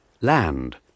land